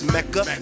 Mecca